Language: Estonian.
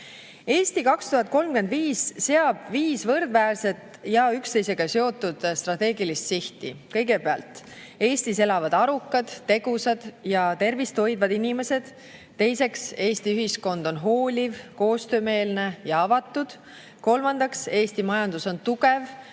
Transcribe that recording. "Eesti 2035" seab viis võrdväärset ja üksteisega seotud strateegilist sihti. Kõigepealt, Eestis elavad arukad, tegusad ja tervist hoidvad inimesed. Teiseks, Eesti ühiskond on hooliv, koostöömeelne ja avatud. Kolmandaks, Eesti majandus on tugev,